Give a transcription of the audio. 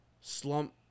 Slump